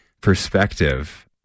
perspective